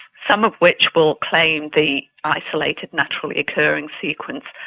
some of which will claim the isolated naturally occurring sequence,